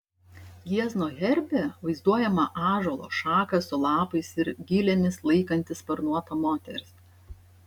jiezno herbe vaizduojama ąžuolo šaką su lapais ir gilėmis laikanti sparnuota moteris